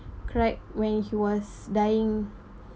cried when he was dying